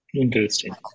Interesting